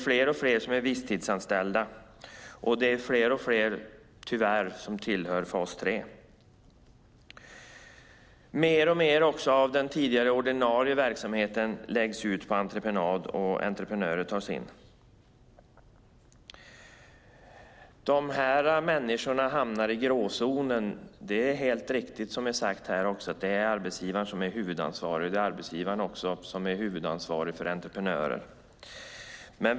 Fler och fler är visstidsanställda. Tyvärr tillhör fler och fler fas 3. Alltmer av den ordinarie verksamheten läggs ut på entreprenad, och entreprenörer tas in. De människorna hamnar i gråzonen. Det är riktigt som har sagts här att arbetsgivaren är huvudansvarig. Arbetsgivaren är också huvudansvarig för entreprenören.